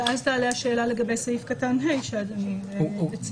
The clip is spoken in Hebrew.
ואז תעלה השאלה לגבי סעיף קטן (ה) שאדוני מציף.